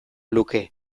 luke